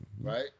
right